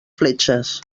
fletxes